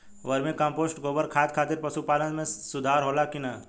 Vermi compost गोबर खाद खातिर पशु पालन में सुधार होला कि न?